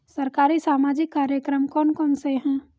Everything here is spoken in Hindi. सरकारी सामाजिक कार्यक्रम कौन कौन से हैं?